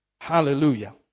Hallelujah